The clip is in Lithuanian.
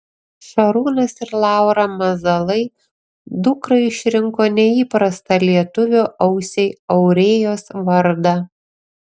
šarūnas ir laura mazalai dukrai išrinko neįprastą lietuvio ausiai aurėjos vardą